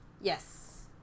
Yes